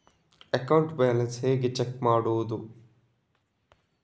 Account balance ಹೇಗೆ check ಮಾಡುವುದು?